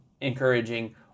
encouraging